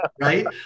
right